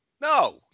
no